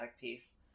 piece